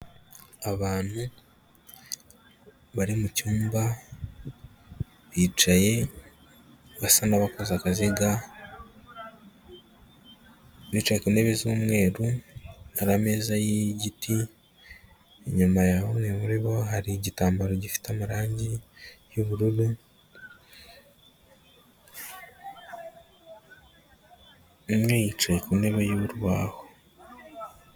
Abantu bari mu cyumba bicaye basa n'abakoze akaziga bicaye ku ntebe z'umweru hari ameza y'igiti, inyuma ya bamwe muri bo hari igitambaro gifite amarangi y'ubururu, umwe yicaye ku ntebe y'urubaho.